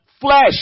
flesh